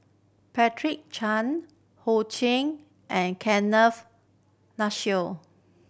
Patricia Chan Ho Ching and Kenneth Mitchell